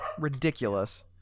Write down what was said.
ridiculous